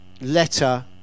letter